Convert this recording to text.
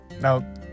Now